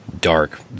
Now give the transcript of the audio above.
dark